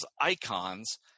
icons